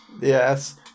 Yes